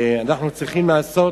מי זה?